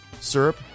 syrup